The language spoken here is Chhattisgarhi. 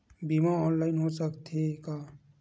बीमा ऑनलाइन हो सकत हे का?